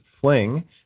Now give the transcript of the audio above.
Fling